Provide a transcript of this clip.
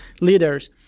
leaders